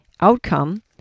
outcome